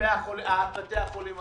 לגבי בתי החולים הגריאטריים.